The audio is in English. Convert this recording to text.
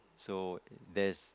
so and there's